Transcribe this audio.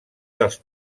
dels